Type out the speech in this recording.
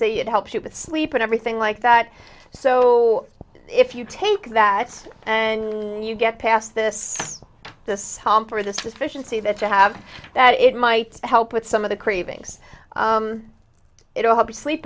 say it helps you with sleep and everything like that so if you take that and you get past this this column for the suspicion see that you have that it might help with some of the cravings it will help you sleep